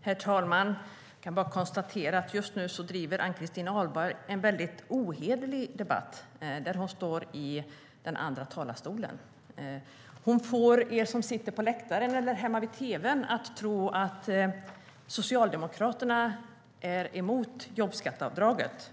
Herr talman! Jag kan bara konstatera att Ann-Christin Ahlberg just nu driver en väldigt ohederlig debatt när hon står i den andra talarstolen. Hon får er som sitter på läktaren eller hemma vid tv:n att tro att Socialdemokraterna är emot jobbskatteavdraget.